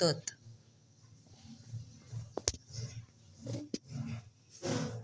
खाऱ्या पाण्यातले मासे पोहू शकतत आणि मोठ्या गटात एकटे रव्हतत